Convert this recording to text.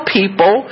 people